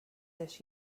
this